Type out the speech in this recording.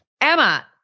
Emma